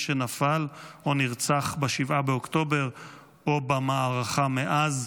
שנפל או נרצח ב-7 באוקטובר או במערכה מאז.